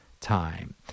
time